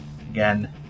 again